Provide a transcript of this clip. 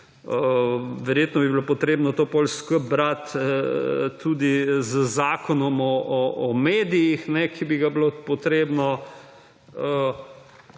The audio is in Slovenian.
Verjetno bi bilo potrebno potem to skupaj brati tudi z Zakonom o medijih, ki bi ga bilo potrebno